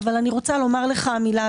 אבל אני רוצה לומר מילה לך,